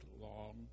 long